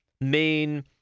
main